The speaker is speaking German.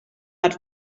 hat